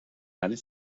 united